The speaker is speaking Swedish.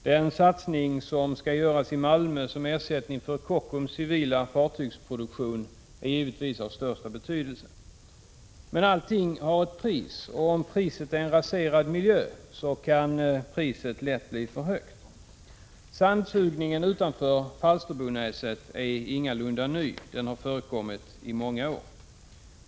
Den satsning som skall göras i Malmö som ersättning för Kockums civila fartygsproduktion är givetvis av största betydelse. Men allt har ett pris, och om priset är en raserad miljö kan priset lätt bli för högt. Sandsugningen utanför Falsterbonäset är ingalunda ny, den har förekommit i många år.